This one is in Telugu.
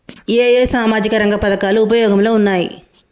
ఏ ఏ సామాజిక రంగ పథకాలు ఉపయోగంలో ఉన్నాయి?